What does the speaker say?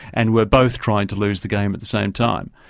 and were both trying to lose the game at the same time.